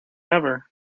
ever